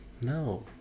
No